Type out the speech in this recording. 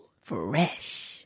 Fresh